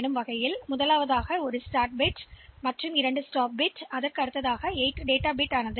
எனவே நாம் முதலில் எத்தனை பிட்கள் அனைத்தையும் ஒன்றாக கடத்த வேண்டும்